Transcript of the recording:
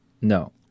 No